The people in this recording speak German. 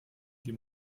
die